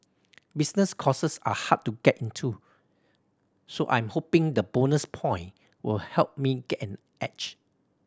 business courses are hard to get into so I am hoping the bonus point will help me get an edge